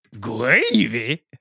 Gravy